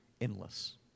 endless